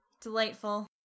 delightful